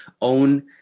Own